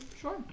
Sure